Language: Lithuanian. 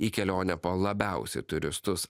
į kelionę po labiausiai turistus